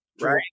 right